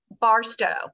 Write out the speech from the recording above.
barstow